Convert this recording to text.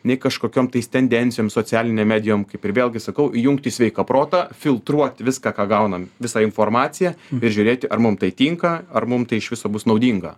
nei kažkokiom tais tendencijom socialinėm medijom kaip ir vėlgi sakau įjungti sveiką protą filtruoti viską ką gaunam visą informaciją ir žiūrėti ar mum tai tinka ar mum tai iš viso bus naudinga